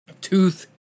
tooth